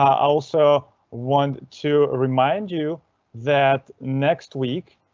also want to remind you that next week.